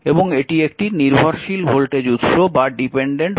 এবং এটি একটি নির্ভরশীল ভোল্টেজ উৎস 2 v0